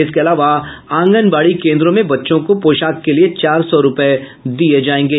इसके अलावा आंगनबाड़ी केन्द्रों में बच्चों को पोशाक के लिए चार सौ रूपये दिये जायेंगे